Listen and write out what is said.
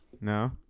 no